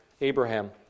Abraham